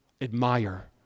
admire